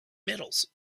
metals